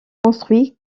construit